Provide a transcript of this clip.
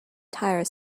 tire